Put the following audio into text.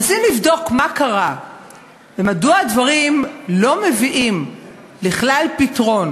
כשאנחנו מנסים לבדוק מה קרה ומדוע הדברים לא מביאים לכלל פתרון,